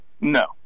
No